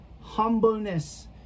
humbleness